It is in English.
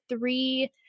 three